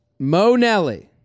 Monelli